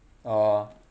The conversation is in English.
oh